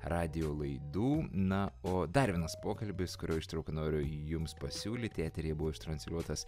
radijo laidų na o dar vienas pokalbis kurio ištrauką noriu jums pasiūlyti eteryje buvo ištransliuotas